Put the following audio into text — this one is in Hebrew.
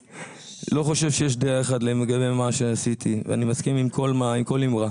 לא חושב שיש דעה אחת לגבי מה שעשיתי ואני מסכים עם כל אמירה,